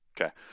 Okay